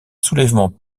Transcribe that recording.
soulèvement